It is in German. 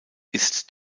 ist